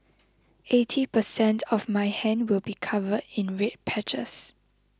eighty percent of my hand will be covered in red patches